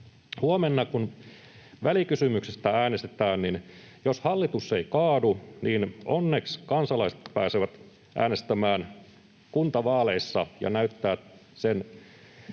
huomenna, kun välikysymyksestä äänestetään, hallitus ei kaadu, niin onneksi kansalaiset pääsevät äänestämään kuntavaaleissa ja näyttämään